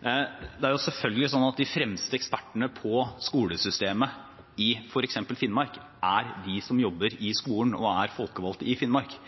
Det er selvfølgelig sånn at de fremste ekspertene på skolesystemet i f.eks. Finnmark, er de som jobber i skolen og er folkevalgte i Finnmark.